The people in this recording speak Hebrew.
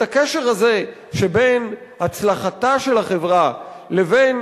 את הקשר הזה שבין הצלחתה של החברה לבין